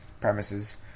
premises